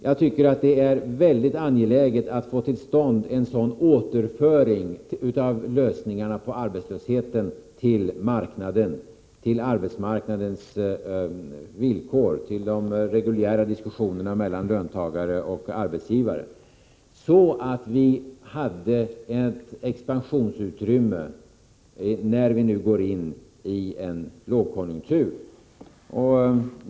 Jag tycker att det är mycket angeläget att få till stånd en sådan återföring av lösningarna på arbetslöshetsproblemen till arbetsmarknadens villkor, till de reguljära diskussionerna mellan löntagare och arbetsgivare, så att vi får ett expansionsutrymme när vi nu går in i en lågkonjunktur.